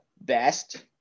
best